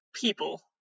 people